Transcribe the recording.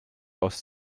aus